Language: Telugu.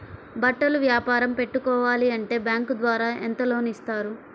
బట్టలు వ్యాపారం పెట్టుకోవాలి అంటే బ్యాంకు ద్వారా ఎంత లోన్ ఇస్తారు?